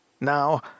Now